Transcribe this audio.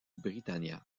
britannia